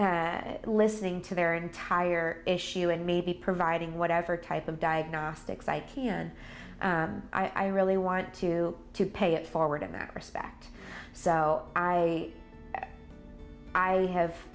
even listening to their entire issue and maybe providing whatever type of diagnostics i can i really want to to pay it forward in that respect so i i have